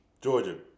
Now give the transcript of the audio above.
Georgia